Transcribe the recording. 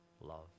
love